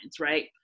right